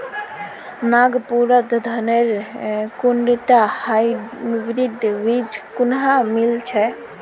नागपुरत धानेर कुनटा हाइब्रिड बीज कुहा मिल छ